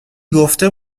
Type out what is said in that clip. گفته